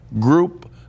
group